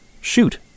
Shoot